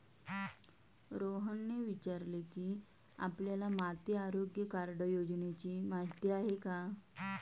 रोहनने विचारले की, आपल्याला माती आरोग्य कार्ड योजनेची माहिती आहे का?